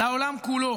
לעולם כולו: